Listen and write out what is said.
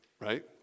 right